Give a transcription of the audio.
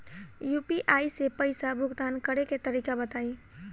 UPI से पईसा भुगतान करे के तरीका बताई?